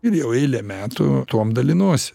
ir jau eilę metų tuom dalinuosi